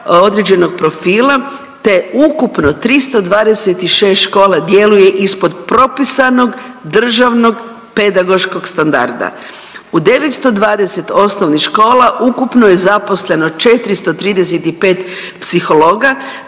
određenog profila te ukupno 326 škola djeluje ispod propisanog državnog pedagoškog standarda. U 920 osnovnih škola ukupno je zaposleno 435 psihologa